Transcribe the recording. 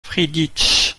friedrich